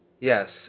Yes